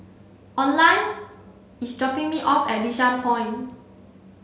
Oline is dropping me off at Bishan Point